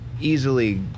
easily